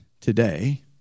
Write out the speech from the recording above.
today